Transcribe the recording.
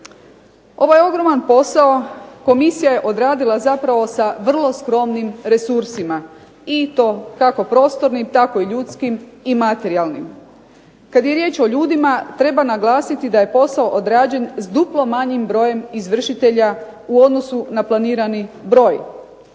Ovaj ogroman posao komisija je odradila zapravo sa vrlo skromnim resursima i to kako prostornim tako i ljudskim i materijalnim. Kada je riječ o ljudima treba naglasiti da je posao odrađen s duplo manjim brojem izvršitelja u odnosu na planirani broj.